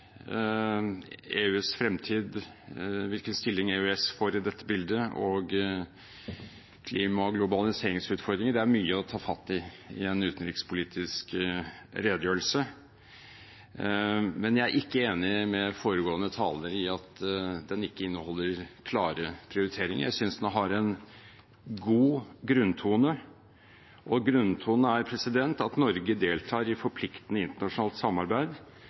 EUs fremtid, hvilken stilling EØS får i dette bildet, og klima- og globaliseringsutfordringer – det er mye å ta fatt i i en utenrikspolitisk redegjørelse. Men jeg er ikke enig med foregående taler i at den ikke inneholder klare prioriteringer. Jeg synes den har en god grunntone, og grunntonen er at Norge deltar i forpliktende internasjonalt samarbeid